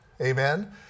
Amen